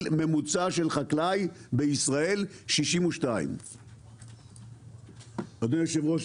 ממוצע של חקלאי בישראל הוא 62. אדוני היו"ר,